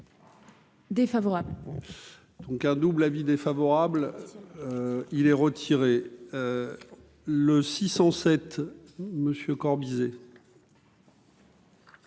Défavorable. Donc un double avis défavorable, il est retiré le 607 monsieur Corbizet.